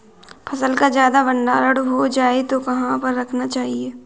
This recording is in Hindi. फसल का ज्यादा भंडारण हो जाए तो कहाँ पर रखना चाहिए?